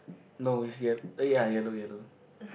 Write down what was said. no is ye~ eh ya yellow yellow